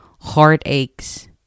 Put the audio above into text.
heartaches